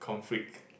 conflict